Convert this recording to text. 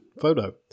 photo